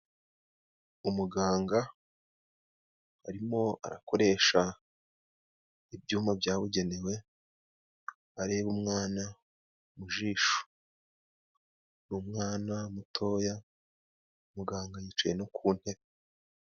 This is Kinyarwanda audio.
Umuganga arimo arakoresha ibyuma byabugenewe areba umwana mu jisho, ni umwana mutoya muganga yicaye no ku ntebe.